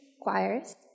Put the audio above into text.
choirs